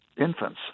infants